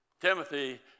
Timothy